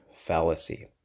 fallacy